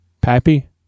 Pappy